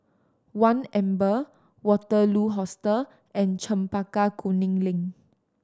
One Amber Waterloo Hostel and Chempaka Kuning Link